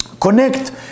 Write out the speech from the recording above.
connect